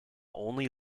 only